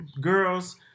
girls